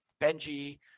Benji